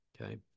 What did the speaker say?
Okay